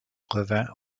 revint